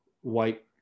white